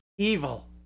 Evil